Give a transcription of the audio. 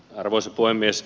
arvoisa puhemies